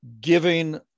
giving